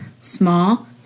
small